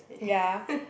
ya